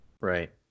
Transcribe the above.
Right